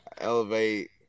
elevate